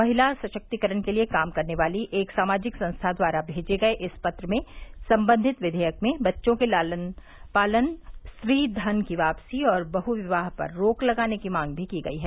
महिला सशक्तिकरण के लिए काम करने वाली एक सामाजिक संस्था द्वारा भेजे गये इस पत्र में सम्बन्धित विधेयक मे बच्चों के पालन पोषण स्त्री धन की वापसी और बहविवाह पर रोक लगाने की मांग भी की गयी है